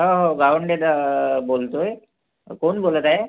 हो हो गावंडे दा बोलतो आहे कोण बोलत आहे